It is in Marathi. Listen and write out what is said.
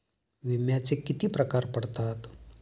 विम्याचे किती प्रकार पडतात?